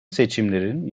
seçimlerin